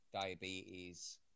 diabetes